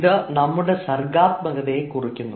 ഇത് നമ്മുടെ സർഗാത്മകതയെ കുറിക്കുന്നു